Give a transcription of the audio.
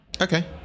Okay